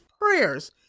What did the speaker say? prayers